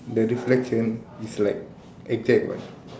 the reflection is like exact what